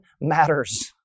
matters